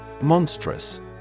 Monstrous